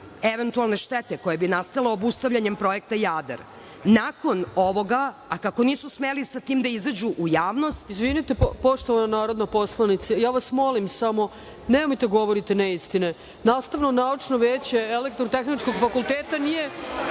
eventualne štete koja bi nastala obustavljanjem Projekta "Jadar".Nakon ovoga, a kako nisu smeli sa tim da izađu u javnost… **Ana Brnabić** Izvinite, poštovana narodna poslanice, ja vas molim samo da ne govorite neistine. Nastavno-naučno veće Elektrotehničkog fakulteta nije